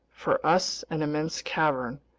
for us an immense cavern.